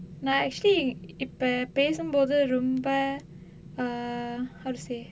நா:naa actually இப்ப பேசும்போது ரொம்ப:ippa pesumpothu romba err how to say